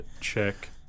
check